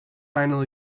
final